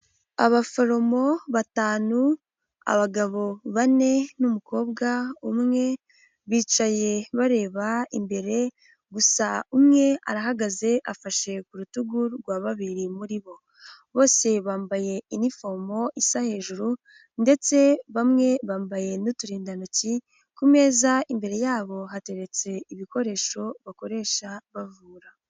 Abaforomo batanu, abagabo bane n'umukobwa umwe, bicaye bareba imbere, gusa umwe arahagaze, afashe ku rutugu rwa babiri muri bo. Bose bambaye inifomo isa hejuru ndetse bamwe bambaye n'uturindantoki, ku meza imbere yabo hateretse ibikoresho bakoresha bavura.